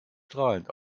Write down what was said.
strahlend